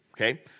okay